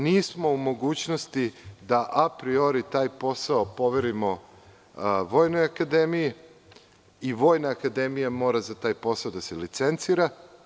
Nismo u mogućnosti da apriori taj posao poverimo Vojnoj akademiji, jer i Vojna akademija mora za taj posao da se licencira.